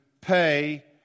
pay